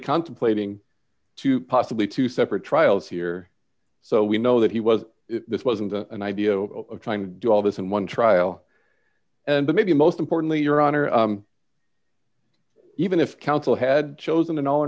contemplating two possibly two separate trials here so we know that he was this wasn't an idea of trying to do all this in one trial and maybe most importantly your honor even if counsel had chosen